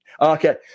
Okay